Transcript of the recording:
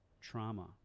trauma